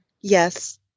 Yes